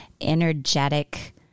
energetic